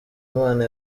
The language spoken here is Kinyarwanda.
imana